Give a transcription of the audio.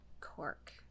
Cork